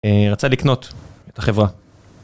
רצה לקנות חברה.